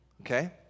okay